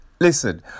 listen